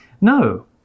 No